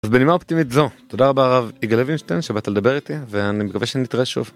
בנימה אופטימית זו תודה רבה רב יגאל לוינשטיין שבאת לדבר איתי ואני מקווה שנתראה שוב.